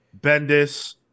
Bendis